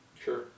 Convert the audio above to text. Sure